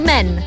Men